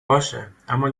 باشه، اما